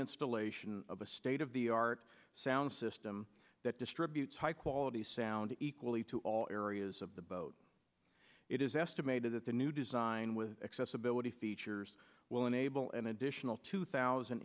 installation of a state of the art sound system that distributes high quality sound equally to all areas of the boat it is estimated that the new design with accessibility features will enable an additional two thousand